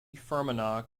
fermanagh